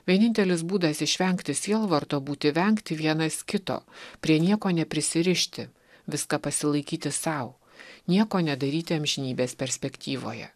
vienintelis būdas išvengti sielvarto būti vengti vienas kito prie nieko neprisirišti viską pasilaikyti sau nieko nedaryti amžinybės perspektyvoje